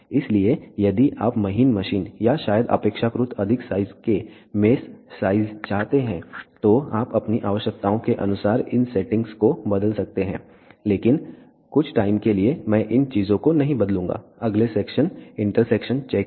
इसलिए यदि आप महीन मशीन या शायद अपेक्षाकृत अधिक साइज के मेष साइज चाहते हैं तो आप अपनी आवश्यकताओं के अनुसार इन सेटिंग्स को बदल सकते हैं लेकिन कुछ टाइम के लिए मैं इन चीजों को नहीं बदलूंगा अगले सेक्शन इंटरसेक्शन चेक है